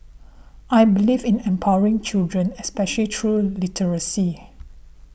I believe in empowering children especially through literacy